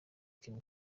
kim